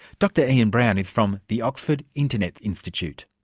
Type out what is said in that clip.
doctor ian brown is from the oxford internet institute.